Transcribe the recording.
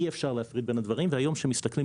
אי אפשר להפריד בין הדברים והיום שמסתכלים